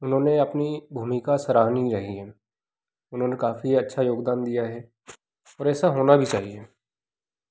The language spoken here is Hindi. उन्होंने अपनी भूमिका सराहनीय रही है उन्होंने काफ़ी अच्छा योगदान दिया है और ऐसा होना भी चाहिए